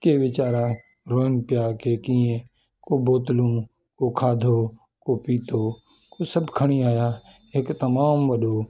के वीचारा रोइनि पिया कि कीअं को बोतलूं को खाधो को पीतो को सभु खणी आहियां हिकु तमामु वॾो